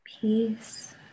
peace